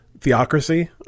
theocracy